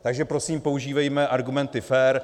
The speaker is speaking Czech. Takže prosím používejme argumenty fér.